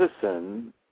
citizen